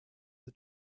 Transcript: the